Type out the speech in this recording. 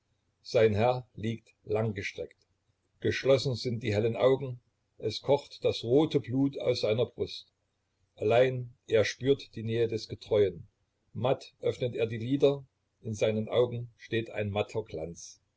sein herr liegt langgestreckt geschlossen sind die hellen augen es kocht das rote blut aus seiner brust allein er spürt die nähe des getreuen matt öffnet er die lider in seinen augen steht ein matter